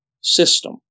system